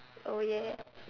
oh ya